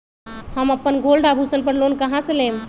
हम अपन गोल्ड आभूषण पर लोन कहां से लेम?